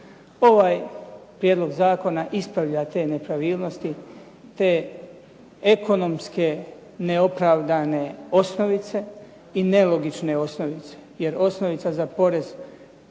Ovaj prijedlog zakona ispravlja te nepravilnosti, te ekonomske neopravdane osnovice i nelogične osnovice jer osnovica za porez